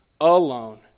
alone